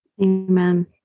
amen